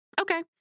Okay